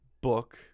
book